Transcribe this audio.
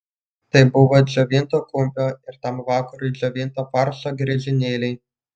tai buvo džiovinto kumpio ir tam vakarui džiovinto faršo griežinėliai